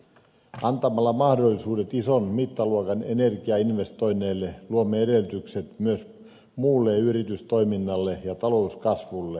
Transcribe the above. antamalla mahdollisuudet ison mittaluokan energiainvestoinneille luomme edellytykset myös muulle yritystoiminnalle ja talouskasvulle